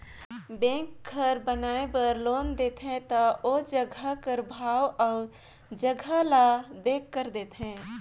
bank घर बनाए बर लोन देथे ता ओ जगहा कर भाव अउ जगहा ल देखकर देथे